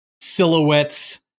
silhouettes